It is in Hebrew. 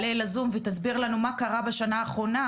ותסביר לנו מה קרה בשנה האחרונה,